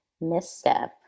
misstep